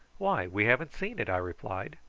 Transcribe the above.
why, we haven't seen it! i replied.